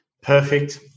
Perfect